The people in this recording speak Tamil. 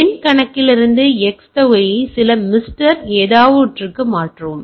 என் கணக்கிலிருந்து X தொகையை சில மிஸ்டர் ஏதோவொன்றுக்கு மாற்றவும்